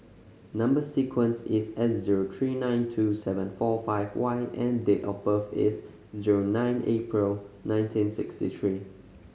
number sequence is S zero three nine two seven four five Y and date of birth is zero nine April nineteen sixty three